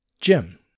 Jim